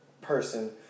Person